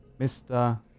Mr